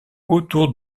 autour